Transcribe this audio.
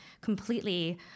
completely